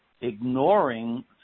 ignoring